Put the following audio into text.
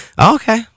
Okay